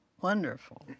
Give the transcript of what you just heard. Wonderful